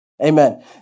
Amen